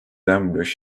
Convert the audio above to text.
ambush